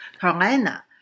Carolina